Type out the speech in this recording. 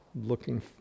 looking